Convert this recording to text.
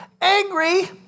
angry